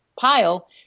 pile